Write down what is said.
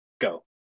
go